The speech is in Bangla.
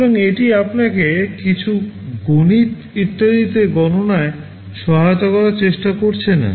সুতরাং এটি আপনাকে কিছু গণিত ইত্যাদিতে গণনায় সহায়তা করার চেষ্টা করছে না